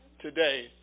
today